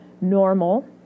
normal